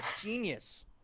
genius